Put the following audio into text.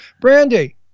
Brandy